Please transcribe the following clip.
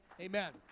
Amen